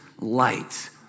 light